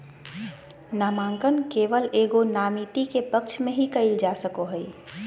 नामांकन केवल एगो नामिती के पक्ष में ही कइल जा सको हइ